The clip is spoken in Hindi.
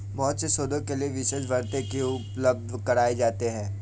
बहुत से शोधों के लिये विशेष भत्ते भी उपलब्ध कराये जाते हैं